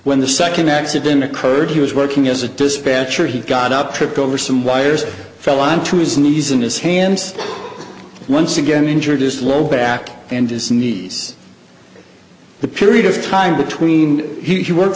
when the second accident occurred he was working as a dispatcher he got up tripped over some wires fell onto his knees in his hands once again injured a slow back and his knees the period of time between he worked